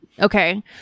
Okay